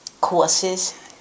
courses